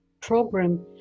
program